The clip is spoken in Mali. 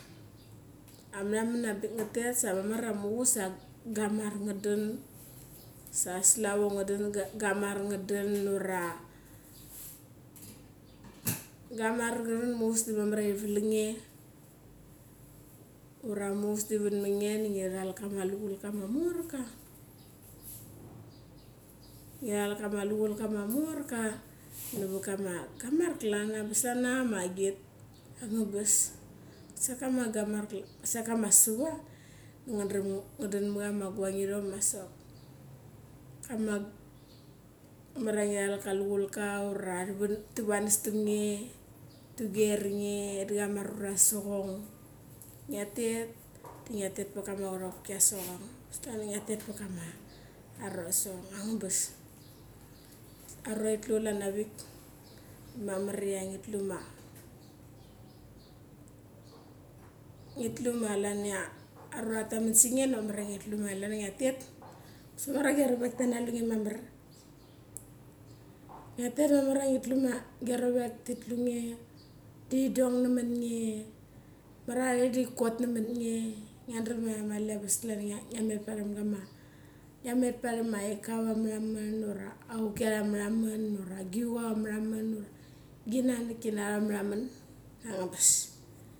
Ameraman avangbik nga tet, sa mamar ia muchus sa gamar nga dan, sa slaro nga dan, gamar nga dan, ura gamar nga dan muchas da mamer ia thivaleng nge. Ura muchas da thi wan mang nge da ngi rak kama lu chul ka morka. Ngi ral kame luchulka ma morka narat gamar klan. Angabas navat anga magit, angabas sok kama gamar klan, sok kama swa da nga dram nga dan ma chama guang irong ma asok, kama mamar ia ngi ralka aluchul ka, ura thi wanes them ngei thi guer da chama arura arava sochong. Ngia tet di ngi pat kama churopki at sochong, angabas klan ia ngia tet pat kama arura arva sochong. Arura thi tlu klan avik, mamar ia ngi tlu ma, klan ia arura tha thamen sa nge ma klan ia ngia tet, angabas mamar ia gia rovek tina lunge mamar. Ngia da mamar ia ngitulu giarovek thi tlu nge, thi dong namat nge. Mamar ia are da thi chot namat nge. Ngia ia angabas. ali ngia met varam ma aika, ura auki at meraman, gicha ava meraman, ura ginanak kina arara meraman angabas.